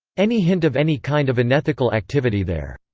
any hint of any kind of unethical activity there.